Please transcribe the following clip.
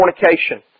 fornication